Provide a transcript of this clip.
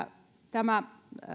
tämä